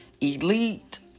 elite